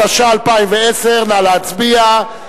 התשע"א 2010. נא להצביע.